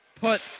put